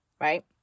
right